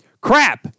crap